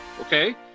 Okay